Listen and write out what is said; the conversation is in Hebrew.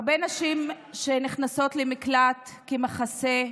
הרבה נשים שנכנסות למקלט כמחסה,